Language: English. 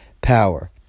power